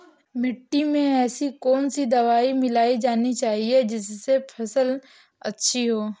मिट्टी में ऐसी कौन सी दवा मिलाई जानी चाहिए जिससे फसल अच्छी हो?